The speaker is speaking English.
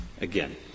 again